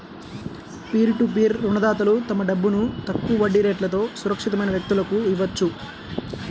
peer to peer రుణదాతలు తమ డబ్బును తక్కువ వడ్డీ రేట్లతో సురక్షితమైన వ్యక్తులకు ఇవ్వొచ్చు